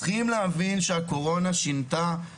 צריכים להבין שהקורונה שינתה את המצב.